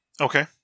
Okay